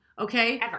okay